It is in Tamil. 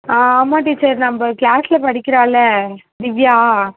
ஆ ஆமாம் டீச்சர் நம்ம க்ளாஸ்சில் படிக்குறாளே திவ்யா